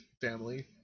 family